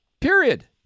Period